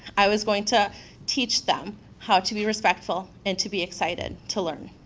i was going to teach them how to be respectful and to be excited to learn.